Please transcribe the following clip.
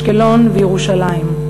באשקלון ובירושלים.